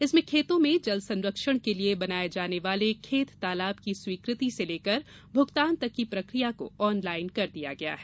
इसमें खेतों में जल सरंक्षण के लिए बनाए जाने वाले खेत तालाब की स्वीकृति से लेकर भुगतान तक की प्रक्रिया को ऑनलाइन कर दिया गया है